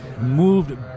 moved